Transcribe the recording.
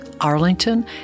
Arlington